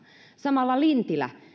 samalla